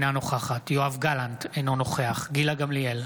אינה נוכחת יואב גלנט, אינו נוכח גילה גמליאל,